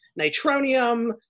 nitronium